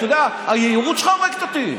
אתה יודע, היהירות שלך הורגת אותי.